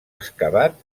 excavat